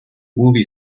movie